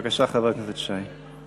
בבקשה, חבר הכנסת שי.